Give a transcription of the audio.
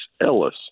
Ellis